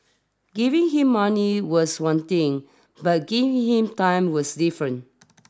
giving him money was one thing but giving him time was different